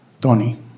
Tony